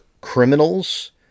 criminals